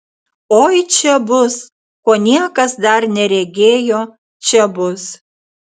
oi čia bus ko niekas dar neregėjo čia bus